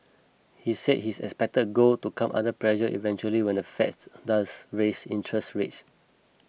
he said his expected gold to come under pressure eventually when the Fed's does raise interest rates